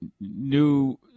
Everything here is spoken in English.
new